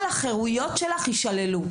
כל החרויות שלך ישללו.